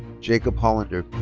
jacob hollander.